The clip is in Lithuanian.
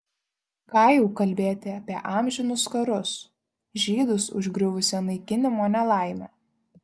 ką jau kalbėti apie amžinus karus žydus užgriuvusią naikinimo nelaimę